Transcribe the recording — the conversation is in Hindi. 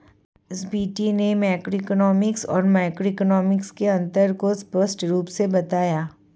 स्वीटी ने मैक्रोइकॉनॉमिक्स और माइक्रोइकॉनॉमिक्स के अन्तर को स्पष्ट रूप से बताया